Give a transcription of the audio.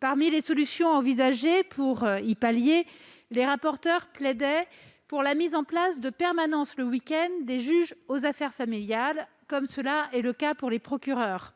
Parmi les solutions envisagées pour les pallier, les rapporteurs plaidaient pour la mise en place de permanences des juges aux affaires familiales le week-end, comme c'est le cas pour les procureurs,